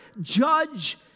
Judge